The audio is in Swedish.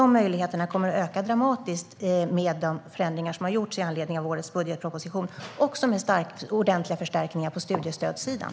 De möjligheterna kommer att öka dramatiskt med de förändringar som har gjorts med anledning av årets budgetproposition och med ordentliga förstärkningar på studiestödssidan.